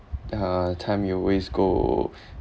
the time you always go